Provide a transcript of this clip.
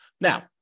Now